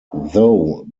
though